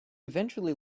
eventually